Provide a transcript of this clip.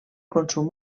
consum